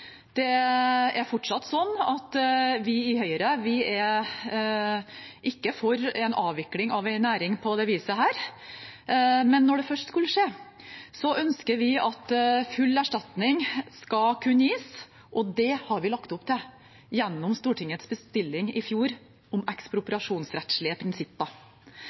Det er fortsatt slik at vi i Høyre ikke er for en avvikling av en næring på dette viset. Men når det først skulle skje, ønsker vi at full erstatning skal kunne gis, og det har vi lagt opp til gjennom Stortingets bestilling i fjor om ekspropriasjonsrettslige prinsipper.